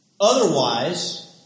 Otherwise